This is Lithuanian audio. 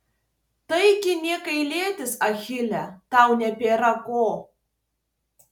taigi nė gailėtis achile tau nebėra ko